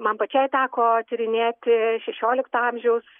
man pačiai teko tyrinėti šešiolikto amžiaus